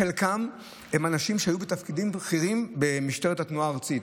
חלקם אנשים שהיו בתפקידים בכירים במשטרת התנועה הארצית,